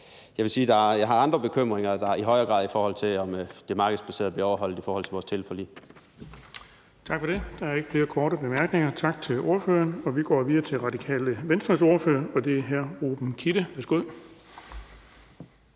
grad har andre bekymringer, end om det markedsbaserede bliver overholdt i forhold til vores teleforlig.